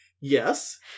Yes